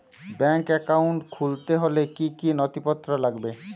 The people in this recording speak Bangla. ব্যাঙ্ক একাউন্ট খুলতে হলে কি কি নথিপত্র লাগবে?